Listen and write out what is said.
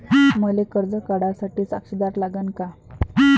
मले कर्ज काढा साठी साक्षीदार लागन का?